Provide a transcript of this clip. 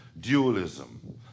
dualism